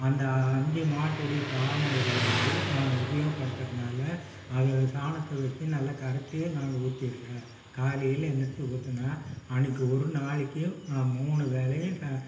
அந்த அஞ்சு மாட்டுடைய சாண எரிவாயு நாங்கள் உபயோகப்படுத்துகிறதுனால அதுங்க சாணத்தை வெச்சி நல்லா கரைச்சி நான் அங்கே ஊத்திடுறேன் காலையில் எழுந்திருச்சு ஊற்றினா அன்றைக்கு ஒரு நாளைக்கு நான் மூணு வேளையும் ச